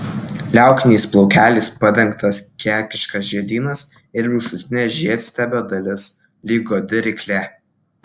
liaukiniais plaukeliais padengtas kekiškas žiedynas ir viršutinė žiedstiebio dalis lyg godi ryklė